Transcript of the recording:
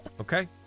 Okay